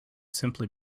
simply